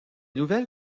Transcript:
nouvelles